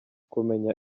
kumenya